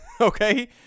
Okay